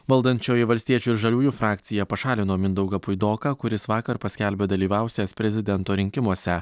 valdančioji valstiečių ir žaliųjų frakcija pašalino mindaugą puidoką kuris vakar paskelbė dalyvausiąs prezidento rinkimuose